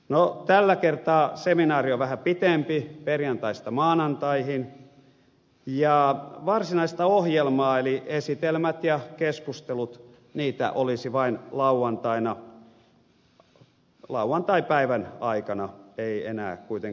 no tällä kertaa seminaari on vähän pitempi perjantaista maanantaihin ja varsinaista ohjelmaa eli esitelmiä ja keskusteluja olisi vain lauantaipäivän aikana ei enää kuitenkaan illalla